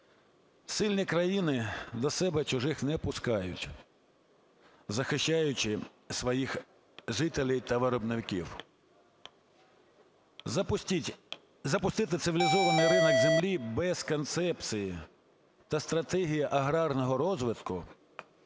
Сильні країни до себе чужих не пускають, захищаючи своїх жителів та виробників. Запустити цивілізований ринок землі без концепції та стратегії аграрного розвитку